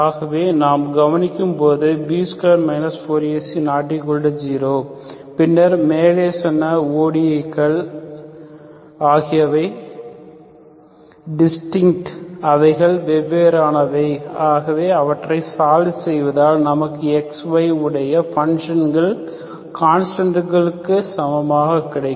ஆகவே நாம் கவனிக்கும் போது B2 4AC≠0 பின்னர் மேலே சொன்ன ODE s ஆகியவை டிஸ்டின்க்ட் அவைகள் வெவ்வேறானவை ஆகவே அவற்றை சால்வ் செய்தால் நமக்கு Xy உடைய பன்ஷன்கள் கான்ஸ்டன்ட் க்கு சமமாக கிடைக்கும்